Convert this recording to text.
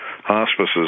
hospices